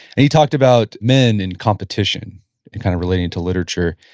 and he talked about men in competition and kind of relating it to literature.